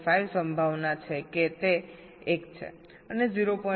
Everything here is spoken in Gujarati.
5 સંભાવના છે કે તે 1 છે અને 0